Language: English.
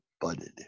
budded